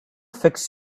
fix